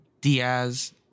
Diaz